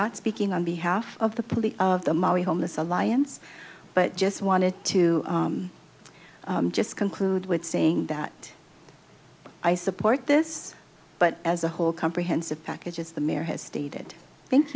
not speaking on behalf of the police of the maori homeless alliance but just wanted to just conclude with saying that i support this but as a whole comprehensive package with the mayor has stated thank